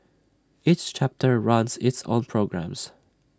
each chapter runs its own programmes